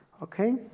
Okay